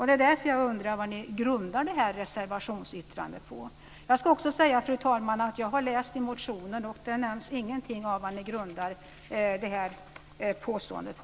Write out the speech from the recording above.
Det är därför som jag undrar vad ni grundar ert reservationsyttrande på. Jag har läst motionen och inte heller där nämns någonting om vad ni grundar påståendet på.